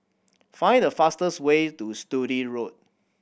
find the fastest way to Sturdee Road